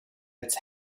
its